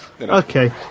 okay